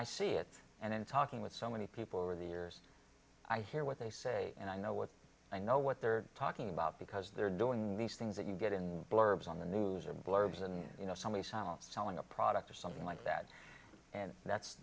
i see it and in talking with so many people over the years i hear what they say and i know what i know what they're talking about because they're doing these things that you get in blurbs on the news or blurbs and you know somebody's selling a product or something like that and that's